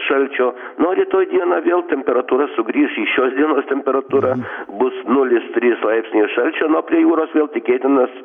šalčio na o rytoj dieną vėl temperatūra sugrįš į šios dienos temperatūrą bus nulis trys laipsniai šalčio na o prie jūros vėl tikėtinas